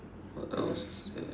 what else is there